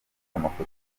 amafoto